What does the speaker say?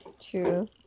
True